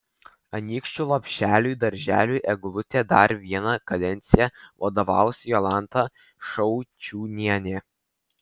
anykščių lopšeliui darželiui eglutė dar vieną kadenciją vadovaus jolanta šaučiūnienė